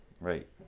Right